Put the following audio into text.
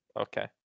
Okay